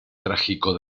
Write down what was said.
trágico